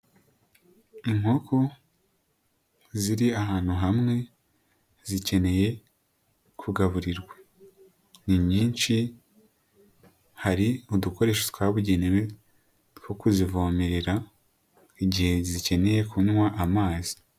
Inkoko ziri ahantu hamwe zikeneye kugaburirwa ni nyinshi, hari udukoresho twabugenewe two kuzivomerera igihe zikeneye kunywa amazi.